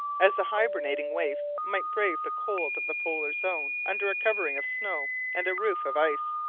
as the hibernating waifs might brave the cold of the polar zone under a covering of snow and a roof of ice.